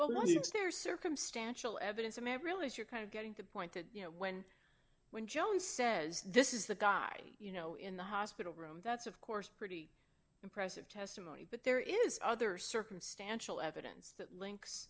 well once there's circumstantial evidence i'm a realist you're kind of getting the point that you know when when jones says this is the guy you know in the hospital room that's of course pretty impressive testimony but there is other circumstantial evidence that links